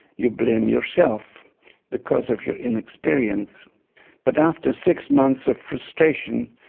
you blame yourself because of your inexperience but after six months of frustration,